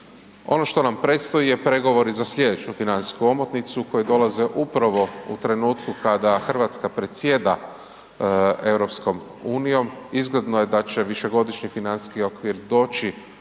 Ono što nam predstoji je pregovori za sljedeću financijsku omotnicu koji dolaze upravo u trenutku kada Hrvatska predsjeda EU. Izgledno je da će višegodišnji financijski okvir doći